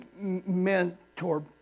mentor